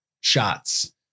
shots